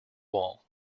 wall